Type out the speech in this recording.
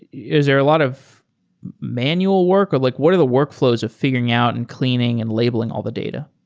is there a lot of manual work, or like what are the workflows of figuring out and cleaning and labeling all the data?